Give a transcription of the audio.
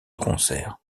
concerts